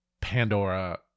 Pandora